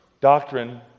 doctrine